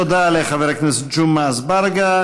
תודה לחבר הכנסת ג'מעה אזברגה.